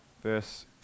verse